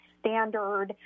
standard